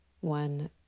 One